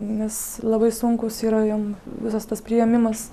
nes labai sunkus yra jam visas tas priėmimas